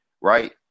right